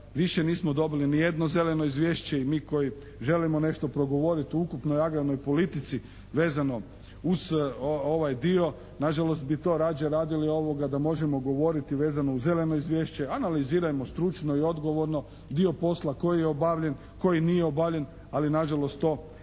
više nismo dobili ni jedno zeleno izvješće i mi koji želimo nešto progovoriti o ukupnoj agrarnoj politici vezano uz ovaj dio nažalost bi to rađe radili da možemo govoriti vezano uz zeleno izvješće. Analizirajmo stručno i odgovorno dio posla koji je obavljen, koji nije obavljen, ali nažalost to ne